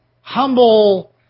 humble